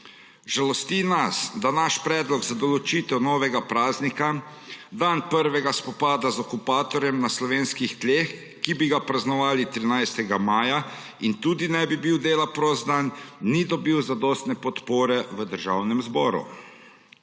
Žalosti nas, da naš predlog za določitev novega praznika, dan prvega spopada z okupatorjem na slovenskih tleh, ki bi ga praznovali 13. maja in tudi ne bi bil dela prost dan, ni dobil zadostne podpore v Državnem zboru.